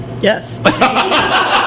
Yes